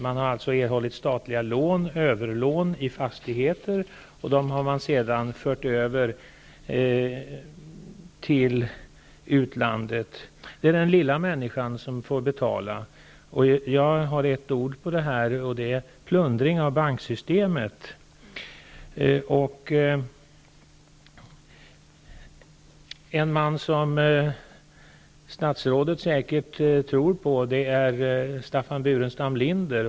Man har alltså erhållit statliga lån, överlån i fastigheter, som man sedan har fört över till utlandet. Det är den lilla människan som får betala. Jag har ett uttryck för det här, och det är plundring av banksystemet. En man som statsrådet säkert tror på är Staffan Burenstam Linder.